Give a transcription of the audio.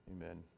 Amen